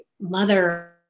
mother